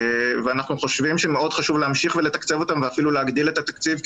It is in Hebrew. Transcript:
ואנחנו חושבים שמאוד חשוב להמשיך ולתקצב אותם ואפילו להגדיל את התקציב,